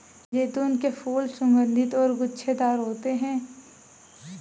जैतून के फूल सुगन्धित और गुच्छेदार होते हैं